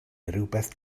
rywbeth